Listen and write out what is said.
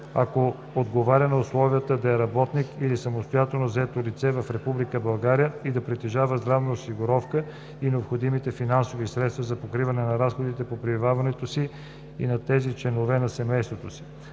ако отговаря на условията да е работник или самостоятелно заето лице в Република България и да притежава здравна осигуровка и необходимите финансови средства за покриване на разходите по пребиваването си и на тези на членовете на семейството си,